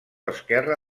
esquerre